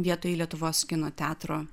vietoj lietuvos kino teatro